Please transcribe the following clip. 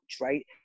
right